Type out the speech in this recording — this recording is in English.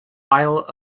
isle